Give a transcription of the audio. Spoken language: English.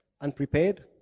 unprepared